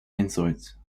insight